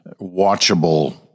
watchable